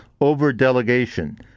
over-delegation